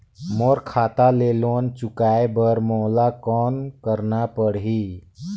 मोर खाता ले लोन चुकाय बर मोला कौन करना पड़ही?